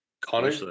Connor